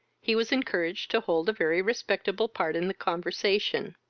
he was encouraged to hold a very respectable part in the conversation.